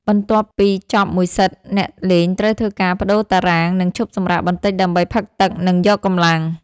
បន្ទាប់ពីចប់មួយសិត អ្នកលេងត្រូវធ្វើការប្តូរតារាង និងឈប់សម្រាកបន្តិចដើម្បីផឹកទឹក និងយកកម្លាំង។